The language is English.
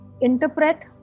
interpret